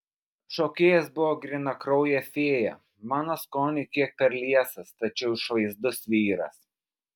šokėjas buvo grynakraujė fėja mano skoniui kiek per liesas tačiau išvaizdus vyras